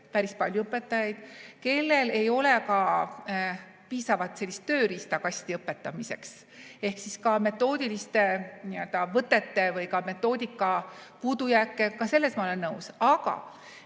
päris palju õpetajaid, kellel ei ole ka piisavat tööriistakasti õpetamiseks. On ka metoodiliste võtete või metoodika puudujääke. Sellega ma olen nõus. Aga